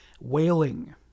wailing